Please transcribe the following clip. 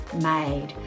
made